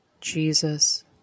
jesus